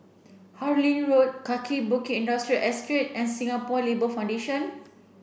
Harlyn Road Kaki Bukit Industrial Estate and Singapore Labour Foundation